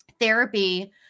therapy